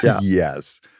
Yes